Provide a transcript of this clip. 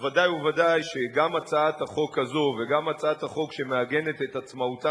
ודאי וודאי שגם הצעת החוק הזאת וגם הצעת החוק שמעגנת את עצמאותן